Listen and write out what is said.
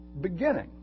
beginning